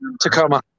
Tacoma